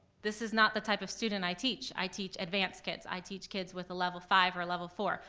this is not the type of student i teach. i teach advanced kids, i teach kids with a level five or a level four,